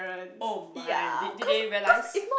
oh my did did they realise